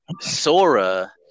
Sora